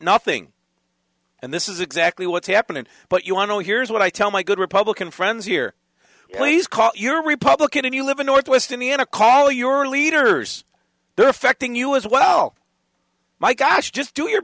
nothing and this is exactly what's happening but you want to here is what i tell my good republican friends here please call your republican if you live in northwest indiana call your leaders they're affecting you as well my gosh just do your